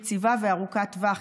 יציבה וארוכת טווח,